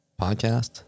podcast